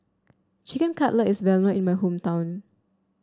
Chicken Cutlet is well known in my hometown